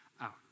out